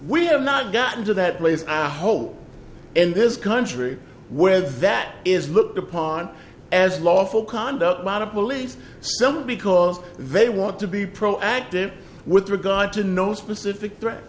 we have not gotten to that place i hope in this country where that is looked upon as lawful conduct lot of police some because they want to be proactive with regard to no specific threat